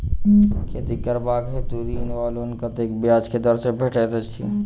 खेती करबाक हेतु ऋण वा लोन कतेक ब्याज केँ दर सँ भेटैत अछि?